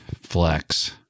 flex